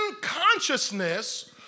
consciousness